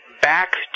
back